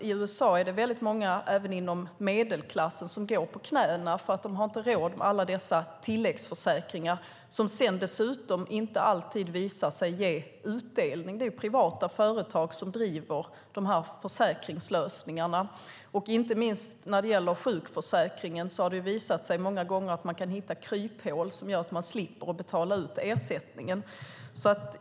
I USA är det många även inom medelklassen som går på knäna för att de inte har råd med alla dessa tilläggsförsäkringar som sedan dessutom inte alltid ger utdelning. Det är privata företag som står bakom dessa försäkringslösningar. Inte minst när det gäller sjukförsäkringen har det många gånger visat sig att dessa företag kan hitta kryphål som gör att de slipper betala ut ersättning.